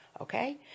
okay